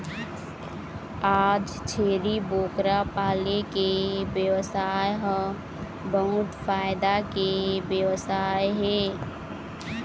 आज छेरी बोकरा पाले के बेवसाय ह बहुत फायदा के बेवसाय हे